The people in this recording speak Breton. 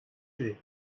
ivez